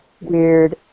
weird